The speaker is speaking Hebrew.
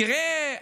תראה,